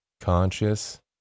conscious